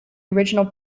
original